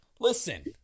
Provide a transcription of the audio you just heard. Listen